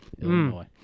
Illinois